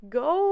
go